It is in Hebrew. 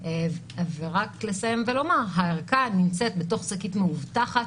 הערכה נמצאת בתוך שקית מאובטחת,